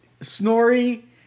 Snorri